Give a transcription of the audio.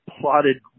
plotted